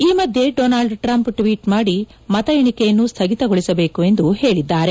ಈ ಮಧ್ಯೆ Donald Trump tweet ಮಾಡಿ ಮತ ಎಣಿಕೆಯನ್ನು ಸ್ವಗಿತಗೊಳಿಸಬೇಕು ಎಂದು ಹೇಳಿದ್ದಾರೆ